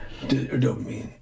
Dopamine